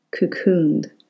cocooned